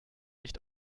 nicht